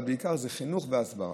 אבל העיקר זה חינוך והסברה.